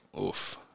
Oof